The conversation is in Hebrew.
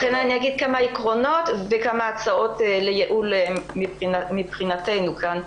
לכן אני אגיד כמה עקרונות וכמה הצעות לייעול מבחינתנו כאן,